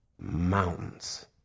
mountains